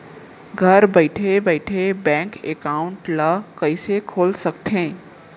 घर बइठे बइठे बैंक एकाउंट ल कइसे खोल सकथे?